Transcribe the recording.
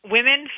Women